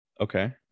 Okay